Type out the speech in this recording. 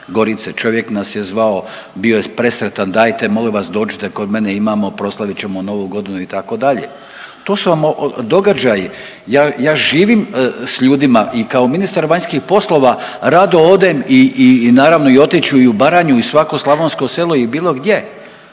gorice, čovjek nas je zvao, bio je presretan, dajte molim vas dođite kod mene, imamo, proslavit ćemo Novu Godinu itd.. To su vam događaji. Ja, ja živim s ljudima i kao ministar vanjskih poslova rado odem i, i naravno i otići ću i u Baranju i u svako slavonsko selo i bilo gdje,